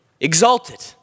exalted